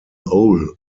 owl